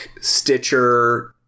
Stitcher